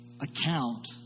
account